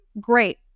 Great